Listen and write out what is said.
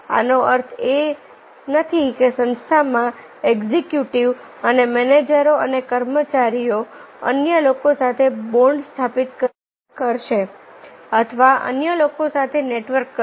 આનો અર્થ એ નથી કે સંસ્થામાં એક્ઝિક્યુટિવ અને મેનેજરો અને કર્મચારીઓ અન્ય લોકો સાથે બોન્ડ સ્થાપિત કરશે અથવા અન્ય લોકો સાથે નેટવર્ક કરશે